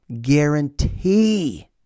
guarantee